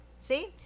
see